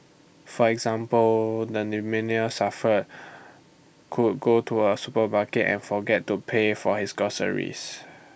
for example the suffer could go to A supermarket and forget to pay for his groceries